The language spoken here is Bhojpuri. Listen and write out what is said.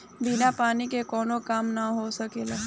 बिना पानी के कावनो काम ना हो सकेला